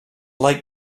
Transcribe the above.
like